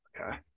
Okay